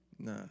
Nah